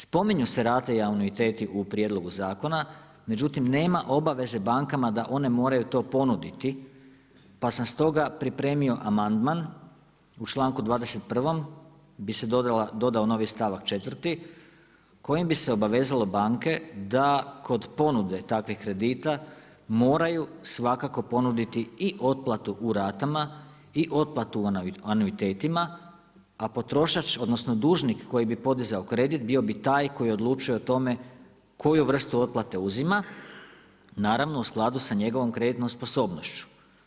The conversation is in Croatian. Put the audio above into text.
Spominju se rate i anuiteti u prijedlogu zakona, međutim nema obaveze bankama da one moraju to ponuditi pa sam stoga pripremio amandman u članku 21., bi se dodao novi stavak 4., kojim bi se obavezalo banke da kod ponude takvih kredita moraju svakako ponuditi i otplatu u rata i otplatu u anuitetima a potrošač, odnosno dužnik koji bi podizao kredit, bio bi taj koji odlučuje o tome koju vrstu otplate uzima, naravno u skladu sa njegovom sposobnošću.